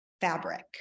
fabric